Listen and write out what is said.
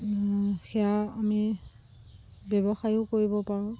সেয়া আমি ব্যৱসায়ো কৰিব পাৰোঁ